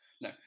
no